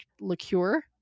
liqueur